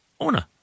owner